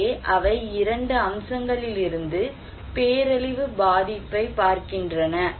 எனவே அவை 2 அம்சங்களிலிருந்து பேரழிவு பாதிப்பைப் பார்க்கின்றன